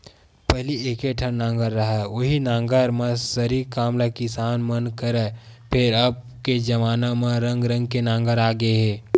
पहिली एके ठन नांगर रहय उहीं नांगर म सरी काम ल किसान मन ह करय, फेर अब के जबाना म रंग रंग के नांगर आ गे हे